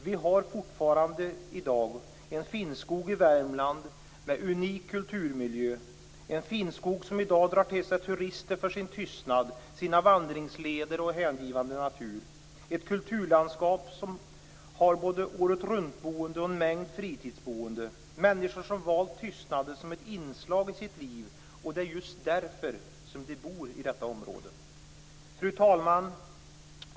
Vi har fortfarande i dag en finnskog i Värmland med unik kulturmiljö - en finnskog som i dag drar till sig turister för sin tystnad, sina vandringsleder och sin hängivande natur. Det är ett kulturlandskap som har både året-runt-boende och en mängd fritidsboende. Människor har valt tystnaden som ett inslag i sina liv, och det är just därför som de bor i detta område. Fru talman!